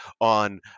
on